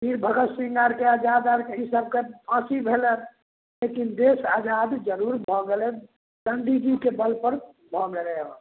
फिर भगत सिंह आरके आजाद आरके ईसबके फाँसी भेलै लेकिन देश आजाद जरूर भऽ गेलै गाँधी जीके बल पर भऽ गेलै